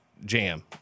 Jam